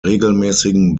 regelmäßigen